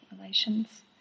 relations